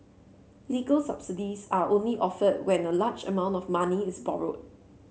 legal subsidies are only offered when a large amount of money is borrowed